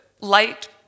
light